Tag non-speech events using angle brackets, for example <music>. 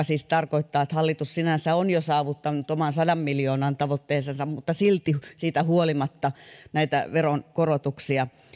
<unintelligible> siis tarkoittaa että hallitus sinänsä on jo saavuttanut oman sadan miljoonan tavoitteensa mutta silti siitä huolimatta näitä veronkorotuksia